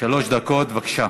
שלוש דקות, בבקשה.